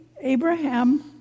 Abraham